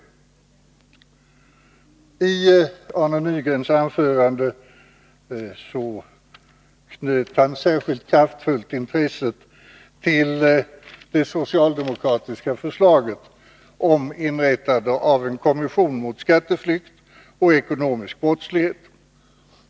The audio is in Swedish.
Arne Nygren knöt i sitt anförande på ett kraftfullt sätt intresset till det socialdemokratiska förslaget om inrättande av en kommission mot skatteflykt och ekonomisk brottslighet.